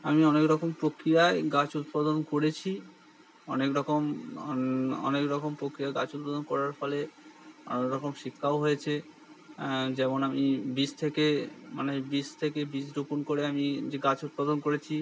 আমি অনেক রকম প্রক্রিয়ায় গাছ উৎপাদন করেছি অনেক রকম অনেক রকম প্রক্রিয়ার গাছ উৎপাদন করার ফলে অনেক রকম শিক্ষাও হয়েছে যেমন আমি বীজ থেকে মানে বীজ থেকে বীজ রোপণ করে আমি যে গাছ উৎপাদন করেছি